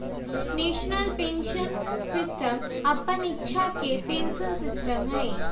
national pension system अप्पन इच्छा के पेंशन सिस्टम हइ